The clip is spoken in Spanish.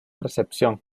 recepción